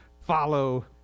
follow